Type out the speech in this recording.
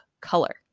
color